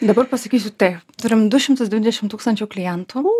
dabar pasakysiu tai turim du šimtus dvidešimt tūkstančių klientų